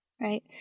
right